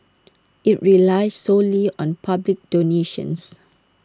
IT relies solely on public donations